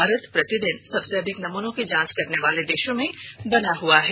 भारत प्रतिदिन सबसे अधिक नमूनों की जांच करने वाले देशों में बना हुआ है